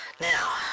Now